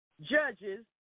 judges